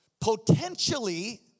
potentially